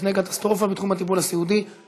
אין מתנגדים, אין נמנעים.